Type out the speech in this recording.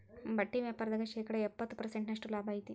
ಬಟ್ಟಿ ವ್ಯಾಪಾರ್ದಾಗ ಶೇಕಡ ಎಪ್ಪ್ತತ ಪರ್ಸೆಂಟಿನಷ್ಟ ಲಾಭಾ ಐತಿ